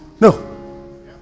No